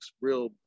Real